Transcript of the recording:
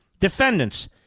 Defendants